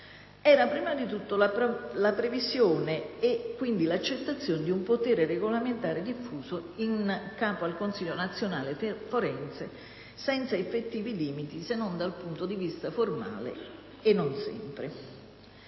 era prima di tutto la previsione e quindi l'accettazione di un potere regolamentare diffuso in capo al Consiglio nazionale forense, senza effettivi limiti, se non dal punto di vista formale e non sempre.